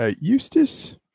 Eustace